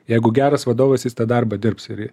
jeigu geras vadovas jis tą darbą dirbs ir ji